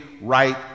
right